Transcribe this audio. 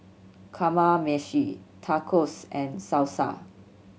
Kamameshi Tacos and Salsa